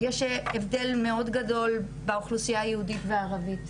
יש הבדל מאוד גדול באוכלוסייה היהודית והערבית,